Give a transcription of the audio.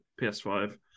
PS5